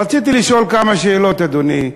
רציתי לשאול כמה שאלות, אדוני: